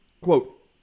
Quote